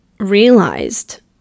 realized